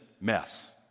mess